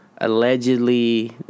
allegedly